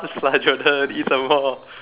upz lah Jordan eat some more